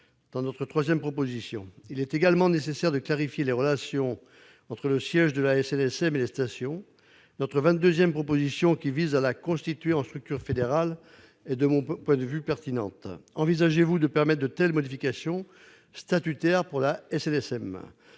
dans notre troisième proposition. Il est également nécessaire de clarifier les relations entre le siège et les stations. Notre vingt-deuxième proposition, qui vise à constituer la SNSM en structure fédérale est, de mon point de vue, pertinente. Envisagez-vous de permettre de telles modifications statutaires, monsieur